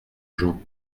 gens